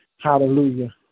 Hallelujah